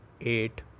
eight